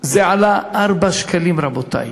זה עלה 4 שקלים, רבותי.